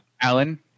Alan